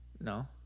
No